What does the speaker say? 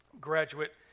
graduate